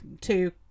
Two